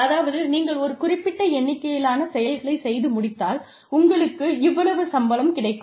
அதாவது நீங்கள் ஒரு குறிப்பிட்ட எண்ணிக்கையிலான செயல்களைச் செய்து முடித்தால் உங்களுக்கு இவ்வளவு சம்பளம் கிடைக்கும்